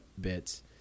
bits